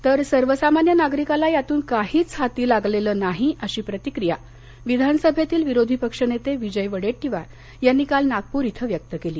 तर सर्वसामान्य नागरिकाला यातून काहीच हाती लागलेलं नाही अशी प्रतिक्रिया विधानसभेतील विरोधी पक्ष नेते विजय वडेट्टीवार यांनी काल नागपूर इथं व्यक्त केली